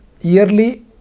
yearly